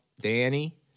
Danny